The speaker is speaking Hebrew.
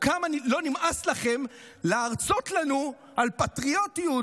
או אם לא נמאס לכם להרצות לנו על פטריוטיות,